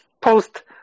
Post